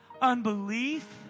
unbelief